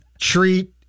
Treat